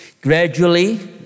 Gradually